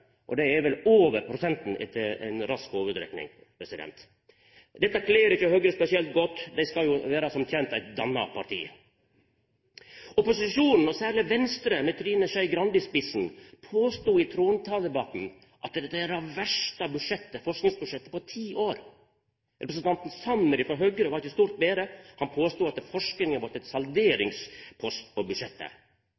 og det er vel over prosenten, etter ei rask hovudrekning. Dette kler ikkje Høgre spesielt godt, dei skal jo som kjent vera eit danna parti. Opposisjonen, og særleg Venstre med Trine Skei Grande i spissen, påstod i trontaledebatten at dette er det «verste forskingsbudsjettet» på ti år. Representanten Sanner frå Høgre er ikkje stort betre og påstår at forskinga har